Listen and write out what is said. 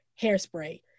hairspray